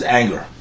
anger